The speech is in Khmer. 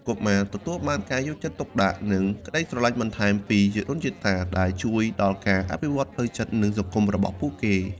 កុមារទទួលបានការយកចិត្តទុកដាក់ និងក្តីស្រឡាញ់បន្ថែមពីជីដូនជីតា ដែលជួយដល់ការអភិវឌ្ឍផ្លូវចិត្ត និងសង្គមរបស់ពួកគេ។